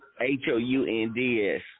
h-o-u-n-d-s